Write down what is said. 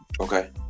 okay